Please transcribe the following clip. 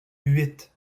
huit